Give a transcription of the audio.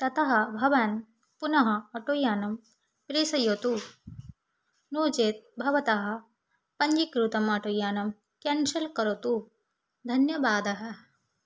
ततः भवान् पुनः अटोयानं प्रेषयतु नो चेत् भवतः पञ्जीकृतम् आटोयानं केन्शेल करोतु धन्यवादः